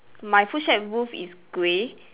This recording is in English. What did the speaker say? my food shack roof is grey